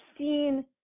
Seen